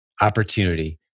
opportunity